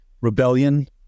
rebellion